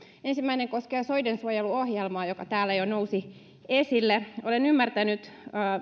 ensimmäinen koskee soidensuojeluohjelmaa joka täällä jo nousi esille olen ymmärtänyt